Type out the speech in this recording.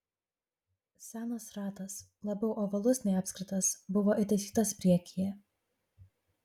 senas ratas labiau ovalus nei apskritas buvo įtaisytas priekyje